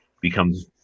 becomes